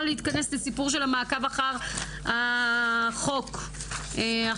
להתכנס לסיפור של המעקב אחר החוק החשוב.